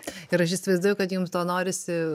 ir aš įsivaizduoju kad jums to norisi